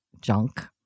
junk